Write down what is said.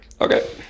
Okay